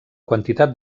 quantitat